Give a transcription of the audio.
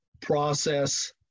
process